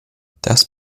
das